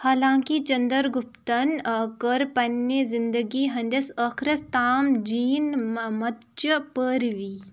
حالانکہِ چَندَر گُپتَن کٔر پنٛنہِ زِنٛدٔگی ہٕنٛدِس ٲخٕرَس تام جیٖن متچہِ پٲروی